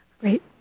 Great